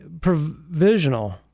provisional